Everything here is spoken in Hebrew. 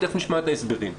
ותיכף נשמע את ההסברים.